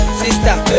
sister